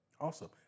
Awesome